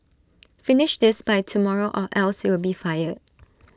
finish this by tomorrow or else you'll be fired